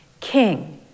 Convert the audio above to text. King